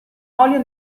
olio